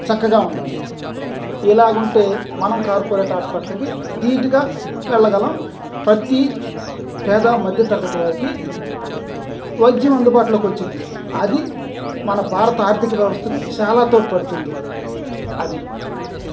చక్కగా ఉండాలి ఇలాగ ఉంటే మనం కార్పొరేట్ హాస్పిటల్కి ధీటుగా వెళ్ళగలం ప్రతి పేద మధ్యతరగతి వారికి వైద్యం అందుబాటులోకి వచ్చిద్ది అది మన భారత ఆర్థిక వ్యవస్థకి చాలా తోడ్పడుతుంది అది